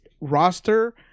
roster